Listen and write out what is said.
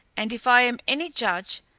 and if i am any judge,